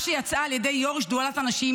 את השעון.